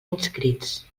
inscrits